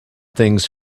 things